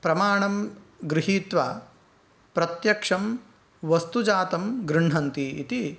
प्रमाणं गृहीत्वा प्रत्यक्षं वस्तुजातं गृह्णन्ति इति